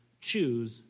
choose